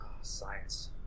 science